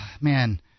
man